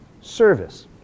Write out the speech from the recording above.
service